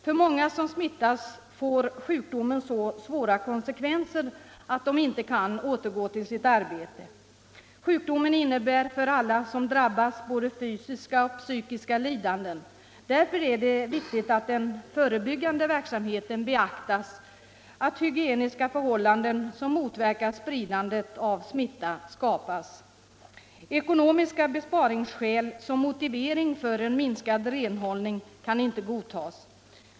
För många som smittas får sjukdomen så svåra konsekvenser att de inte kan återgå till sitt arbete. Sjukdomen innebär för alla som drabbas både fysiska och psykiska lidanden. Därför är det viktigt att den förebyggande verksamheten beaktas och att hygieniska förhållanden som motverkar spridandet av smitta skapas. Ekonomiska besparingsskäl som motivering för minskad renhållning kan inte godtas.